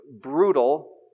brutal